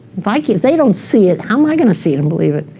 like if they don't see it, how am i going to see it and believe it?